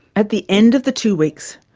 at the end of the two weeks,